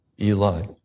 Eli